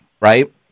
right